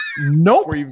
Nope